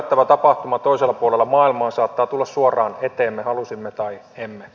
yllättävä tapahtuma toisella puolella maailmaa saattaa tulla suoraan eteemme halusimme tai emme